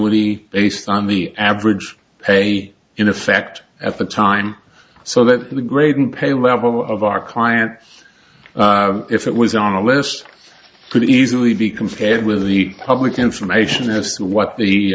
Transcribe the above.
ly based on the average pay in effect at the time so that the graden pay level of our client if it was on a list could easily be compared with the public information as to